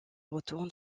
retourne